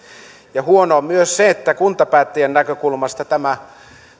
ja huonoa on myös se että kuntapäättäjien näkökulmasta tämä